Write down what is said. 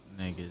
niggas